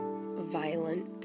violent